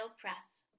Press